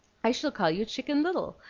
i shall call you chicken little,